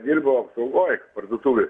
dirbu apsaugoj parduotuvėj